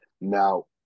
Now